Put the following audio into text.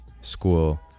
school